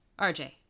RJ